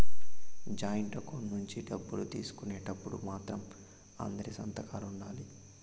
joint account నుంచి డబ్బులు తీసుకునేటప్పుడు మాత్రం అందరి సంతకాలు ఉండాలి